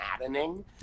maddening